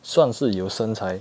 算是有身材